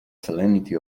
salinity